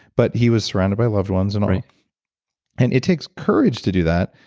but he was surrounded by loved ones and all and it takes courage to do that.